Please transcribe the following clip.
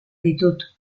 ditut